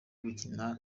gukina